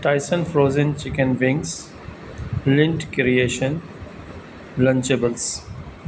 Tyson frozen chicken wings lint creation lunchables